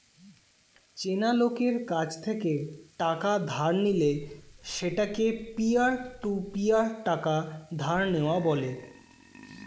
চেনা লোকের কাছ থেকে টাকা ধার নিলে সেটাকে পিয়ার টু পিয়ার টাকা ধার নেওয়া বলে